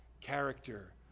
character